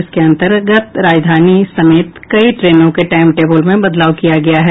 इसके अंतर्गत राजधानी समेत कई ट्रेनों के टाईम टेबल में बदलाव किया गया है